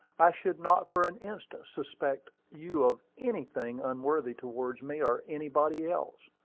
i should not for an instant suspect you of anything unworthy towards me, or anybody else.